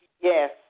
yes